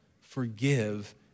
forgive